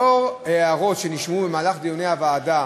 לאור ההערות שנשמעו במהלך דיוני הוועדה,